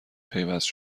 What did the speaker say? پیوست